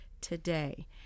Today